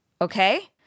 Okay